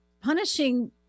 punishing